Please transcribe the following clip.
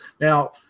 Now